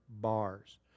bars